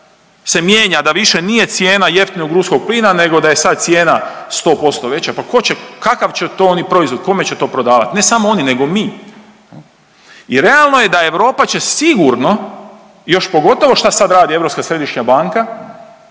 se mijenja da više nije cijena jeftinog ruskog plina nego da je sad cijena 100% veća, pa tko će, kakav će to oni proizvod, kome će to prodavati, ne samo oni, nego mi? I realno je da Europa će sigurno, još pogotovo što sad radi Europska središnja banka,